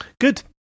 good